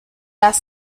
las